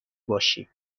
باشیم